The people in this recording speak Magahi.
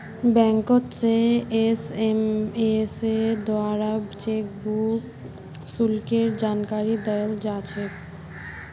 बैंकोत से एसएमएसेर द्वाराओ चेकबुक शुल्केर जानकारी दयाल जा छेक